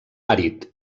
àrid